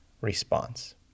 response